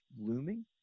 looming